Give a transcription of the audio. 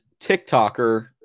TikToker